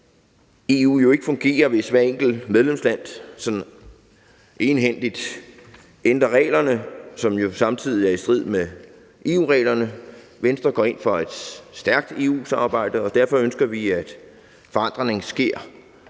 EU jo ikke fungere, hvis hvert enkelt medlemsland sådan egenhændigt ændrer reglerne på en måde, som samtidig er i strid med EU-reglerne. Venstre går ind for et stærkt EU-samarbejde, og derfor ønsker vi, at forandring sker